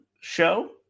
show